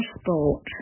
sport